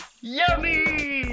Yummy